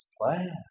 plan